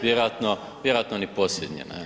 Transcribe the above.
Vjerojatno ni posljednji.